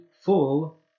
full